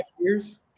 years